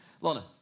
Lorna